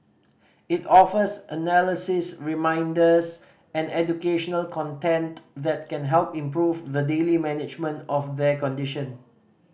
it offers analysis reminders and educational content that can help improve the daily management of their condition